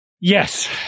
Yes